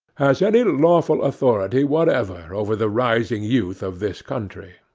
has any lawful authority whatever over the rising youth of this country.